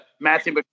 matthew